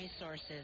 resources